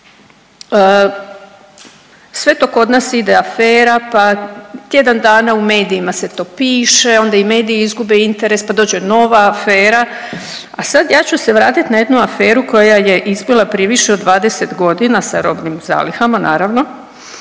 sve to kod nas ide afera pa tjedan dana u medijima se to piše onda i mediji izgube interes pa dođe nova afera, a sad ja ću se vratiti na jednu aferu koja je izbila prije više od 20 godina sa robnim zalihama naravno.